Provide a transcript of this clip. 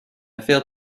feel